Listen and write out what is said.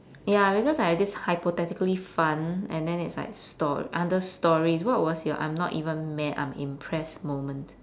ya because I have this hypothetically fun and then it's like stor~ under stories what was your I'm not even mad I'm impressed moment